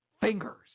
fingers